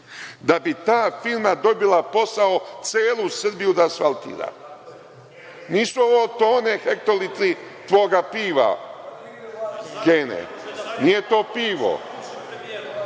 da bi ta firma dobila posao celu Srbiju da asfaltira. Nisu ovo tone, hektolitri tvoga piva Kena, nije to pivo.